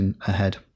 ahead